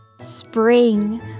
spring